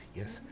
yes